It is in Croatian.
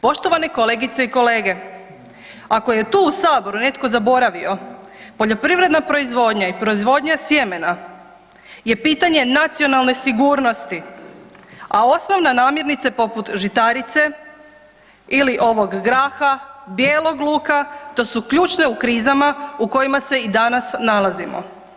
Poštovane kolegice i kolege, ako je tu u saboru netko zaboravio poljoprivredna proizvodnja i proizvodnja sjemena je pitanje nacionalne sigurnosti, a osnovne namirnice poput žitarice ili ovog graha, bijelog luka to su ključne u krizama u kojima se i danas nalazimo.